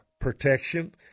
protection